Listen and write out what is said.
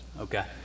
Okay